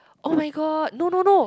oh-my-god no no no